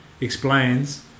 explains